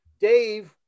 Dave